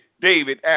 David